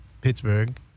Pittsburgh